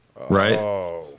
right